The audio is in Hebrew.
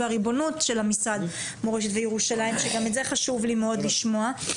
שגם את זה חשוב לי מאוד לשמוע,